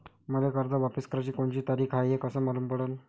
मले कर्ज वापस कराची कोनची तारीख हाय हे कस मालूम पडनं?